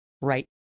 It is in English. right